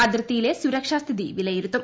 അതിർത്തിയിലെ സുരക്ഷാ സ്ക്രിതി വിലയിരുത്തും